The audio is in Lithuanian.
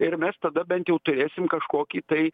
ir mes tada bent jau turėsim kažkokį tai